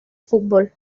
fútbol